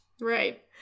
Right